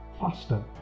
faster